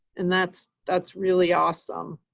and that's that's really awesome.